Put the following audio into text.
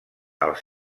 els